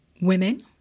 women